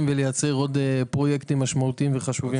ואף לייצר עוד פרויקטים משמעותיים וחשובים.